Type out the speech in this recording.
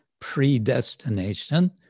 predestination